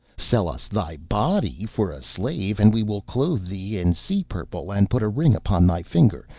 sell us thy body for a slave, and we will clothe thee in sea-purple, and put a ring upon thy finger,